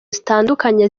zitandukanye